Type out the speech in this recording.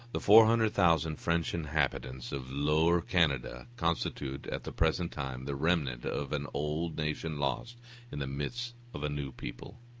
the four hundred thousand french inhabitants of lower canada constitute, at the present time, the remnant of an old nation lost in the midst of a new people.